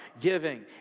Giving